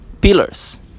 pillars